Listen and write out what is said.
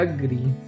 Agree